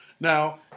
Now